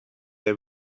they